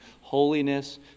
holiness